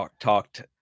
talked